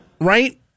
right